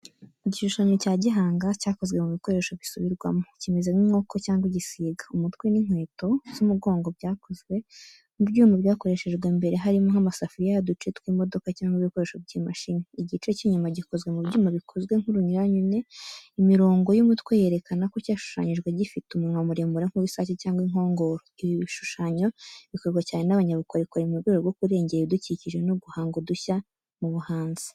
Igishushanyo cya gihanga cyakozwe mu bikoresho bisubirwamo, kimeze nk’inkoko cyangwa igisiga. Umutwe n’inkweto z’umugongo byakozwe mu byuma byakoreshejwe mbere, harimo nk’amasafuriya n’uduce tw’imodoka cyangwa ibikoresho by’imashini. Igice cy’inyuma gikoze mu byuma bikoze nk’urunyuranyune. Imirongo y’umutwe yerekana ko cyashushanyijwe gifite umunwa muremure nk’uw’isake cyangwa inkongoro. Ibi bishushanyo bikorwa cyane n'abanyabukorikori mu rwego rwo kurengera ibidukikije no guhanga udushya mu buhanzi.